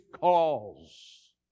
cause